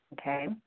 Okay